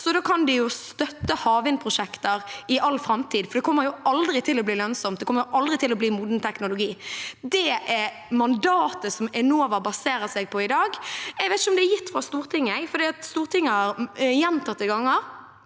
Da kan de støtte havvindprosjekter i all framtid, for det kommer aldri til å bli lønnsomt, det kommer aldri til å bli moden teknologi. Det er mandatet som Enova baserer seg på i dag. Jeg vet ikke om det er gitt av Stortinget, for Stortinget har gjentatte ganger